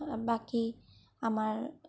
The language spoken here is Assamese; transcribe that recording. বাকী আমাৰ